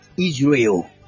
israel